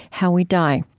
how we die.